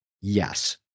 Yes